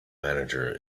manager